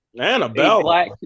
Annabelle